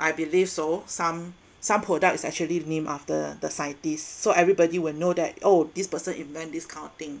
I believe so some some product is actually named after the scientists so everybody will know that oh this person invent this kind of thing